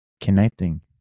connecting